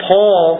Paul